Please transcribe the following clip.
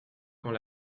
quand